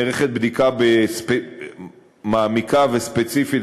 נערכת בדיקה מעמיקה וספציפית,